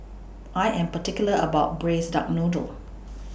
I Am particular about Braised Duck Noodle